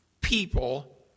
people